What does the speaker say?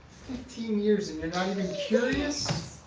fifteen years and you're not even curious?